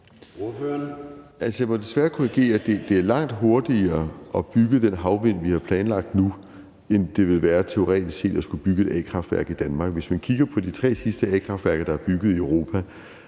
Jeg må desværre korrigere, altså at det er langt hurtigere at bygge med den havvind, vi har planlagt nu, end det ville være teoretisk set at skulle bygge et a-kraftværk i Danmark. Hvis man kigger på de tre sidste a-kraftværker, der er bygget i Europa,